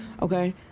Okay